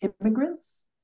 immigrants